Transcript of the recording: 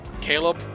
Caleb